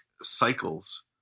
cycles